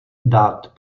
dát